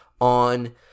on